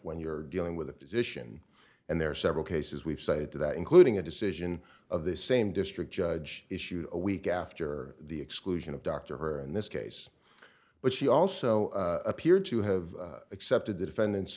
when you're dealing with a physician and there are several cases we've cited to that including a decision of the same district judge issued a week after the exclusion of dr her and this case but she also appeared to have accepted the defendant's